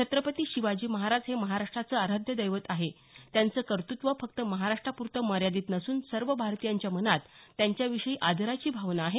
छत्रपती शिवाजी महाराज हे महाराष्ट्राचे आराध्य दैवत आहेत त्यांचं कर्तृत्व फक्त महाराष्ट्राप्रते मर्यादित नसून सर्व भारतियांच्या मनात त्यांच्याविषयी आदराची भावना आहे